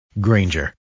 Granger